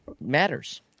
matters